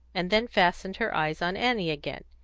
and then fastened her eyes on annie again,